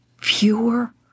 pure